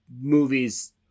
movies